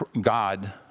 God